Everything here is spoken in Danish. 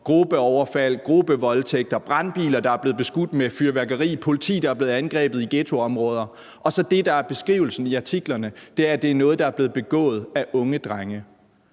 gruppeoverfald, gruppevoldtægter, brandbiler, der er blevet beskudt med fyrværkeri, og politi, der er blevet angrebet i ghettoområder, hvor beskrivelsen i artiklerne så er, at det er noget, der er blevet begået af unge drenge.